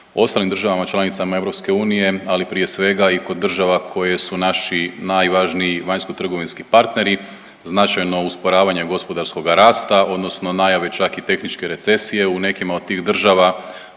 ostalim državama članicama EU ali prije svega i kod država koje su naši najvažniji vanjsko-trgovinski partneri značajno usporavanje gospodarskoga rasta, odnosno najave čak i tehničke recesije u nekima od tih država.